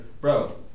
bro